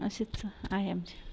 असेच आहे आमचं